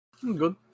Good